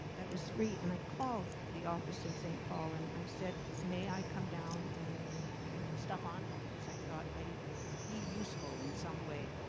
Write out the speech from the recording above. that was free. and i called the office in st. paul and i said, may i come down and you know stuff ah envelopes? i thought i would be useful in some way.